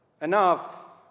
enough